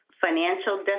financial